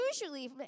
usually